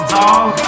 dog